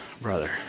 brother